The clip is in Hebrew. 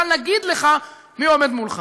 בלי הליך של ראיות ובלי בכלל להגיד לך מי עומד מולך.